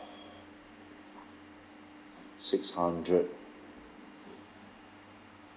six hundred